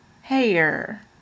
Hair